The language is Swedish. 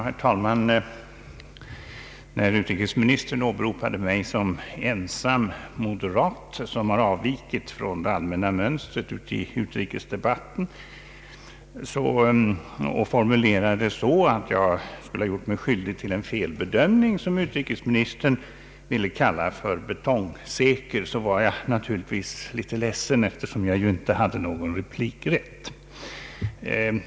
Herr talman! När utrikesministern åberopade mig som den ensamme moderat som avvikit från det allmänna mönstret i utrikesdebatten och formulerade det så, att jag skulle ha gjort mig skyldig till en felbedömning som utrikesministern betecknade som betongsäker, så blev jag naturligtvis litet ledsen, eftersom jag inte hade någon replikrätt.